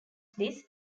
this